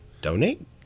donate